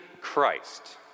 Christ